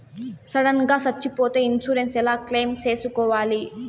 Sudden గా సచ్చిపోతే insurance ఎలా క్లెయిమ్ సేసుకోవాలి?